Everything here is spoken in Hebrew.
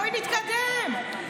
בואי נתקדם.